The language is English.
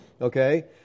okay